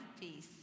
peace